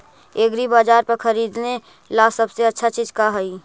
एग्रीबाजार पर खरीदने ला सबसे अच्छा चीज का हई?